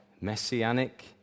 messianic